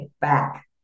back